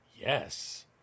Yes